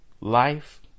Life